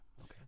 okay